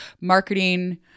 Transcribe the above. marketing